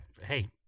Hey